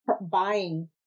buying